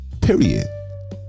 Period